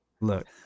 look